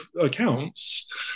accounts